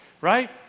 right